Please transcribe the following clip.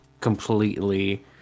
completely